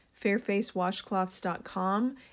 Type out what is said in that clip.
fairfacewashcloths.com